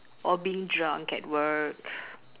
or being drunk at work